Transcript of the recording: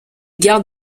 garde